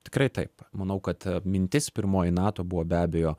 tikrai taip manau kad mintis pirmoji nato buvo be abejo